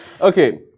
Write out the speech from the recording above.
okay